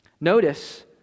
Notice